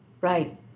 Right